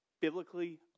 biblically